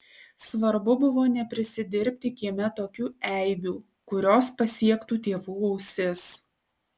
svarbu buvo neprisidirbti kieme tokių eibių kurios pasiektų tėvų ausis